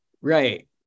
Right